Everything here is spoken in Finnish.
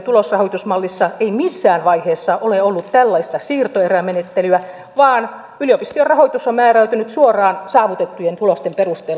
yliopistojen tulosrahoitusmallissa ei missään vaiheessa ole ollut tällaista siirtoerämenettelyä vaan yliopistojen rahoitus on määräytynyt suoraan saavutettujen tulosten perusteella